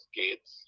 kids